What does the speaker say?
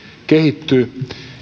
kehittyy